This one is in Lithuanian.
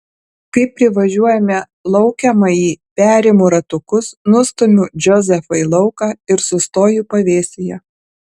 kai privažiuojame laukiamąjį perimu ratukus nustumiu džozefą į lauką ir sustoju pavėsyje